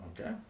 Okay